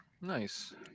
Nice